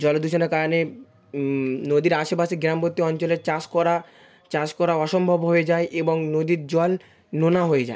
জল দূষণের কারণে নদীর আশেপাশে গ্রামবর্তী অঞ্চলের চাষ করা চাষ করা চাষ করা অসম্ভব হয়ে যায় এবং নদীর জল নোনা হয়ে যায়